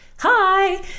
hi